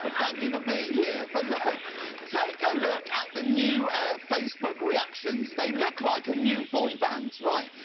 thank you for being here. but like take a look at the new facebook reactions. they look like a new boy band, right.